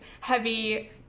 heavy